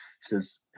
says